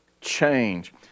change